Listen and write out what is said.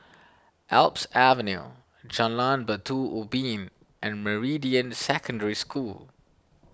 Alps Avenue Jalan Batu Ubin and Meridian Secondary School